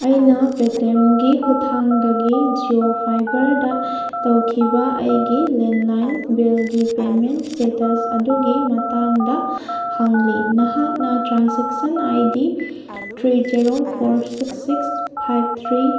ꯑꯩꯅ P T ꯑꯦꯝꯒꯤ ꯈꯨꯠꯊꯥꯡꯗꯒꯤ ꯖꯤꯑꯣ ꯐꯥꯏꯕꯔꯗ ꯇꯧꯈꯤꯕ ꯑꯩꯒꯤ ꯂꯦꯟꯂꯥꯏꯟ ꯕꯤꯜꯒꯤ ꯄꯦꯃꯦꯟ ꯏꯁꯇꯦꯇꯁ ꯑꯗꯨꯒꯤ ꯃꯇꯥꯡꯗ ꯍꯪꯂꯤ ꯅꯍꯥꯛꯅ transaction I D three zero four six six five three